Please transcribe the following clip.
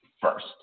first